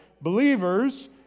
believers